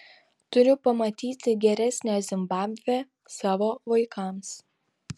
turiu pamatyti geresnę zimbabvę savo vaikams